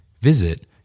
Visit